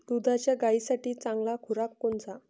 दुधाच्या गायीसाठी चांगला खुराक कोनचा?